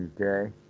okay